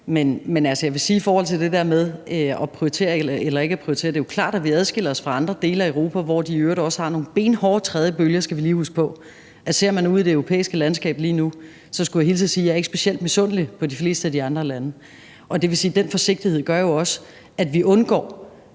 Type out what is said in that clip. Men jeg vil sige i forhold til det der med at prioritere eller ikke at prioritere, at det er klart, at vi adskiller os fra andre dele af Europa, hvor de i øvrigt også har nogle benhårde tredje bølger; det skal vi lige huske på. Ser man ud i det europæiske landskab lige nu, skulle jeg hilse og sige, at jeg ikke er specielt misundelig på de fleste af de andre lande. Det vil sige, at den forsigtighed jo også gør, at vi undgår